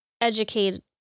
educate